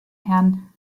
herrn